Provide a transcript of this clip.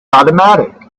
automatic